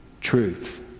truth